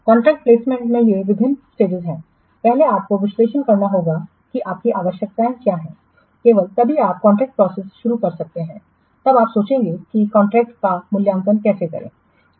contract placement में ये विभिन्न स्टेज स्टेज हैं पहले आपको विश्लेषण करना होगा कि आपकी आवश्यकताएं क्या हैं केवल तभी आप कॉन्ट्रैक्ट प्रोसेस शुरू कर सकते हैं तब आप सोचेंगे कि कॉन्ट्रैक्ट का मूल्यांकन कैसे करें